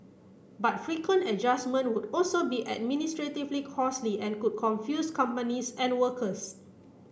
but frequent adjustments would also be administratively costly and could confuse companies and workers